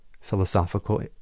philosophical